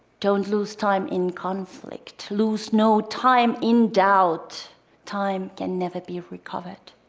don't lose time in conflict lose no time in doubt time can never be recovered.